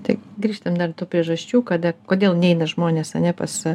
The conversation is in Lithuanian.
taip grįžtant dar tų priežasčių kada kodėl neina žmonės pas